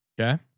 Okay